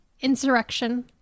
insurrection